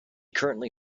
currently